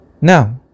Now